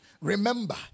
Remember